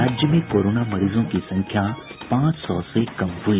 राज्य में कोरोना मरीजों की संख्या पांच सौ से कम हुई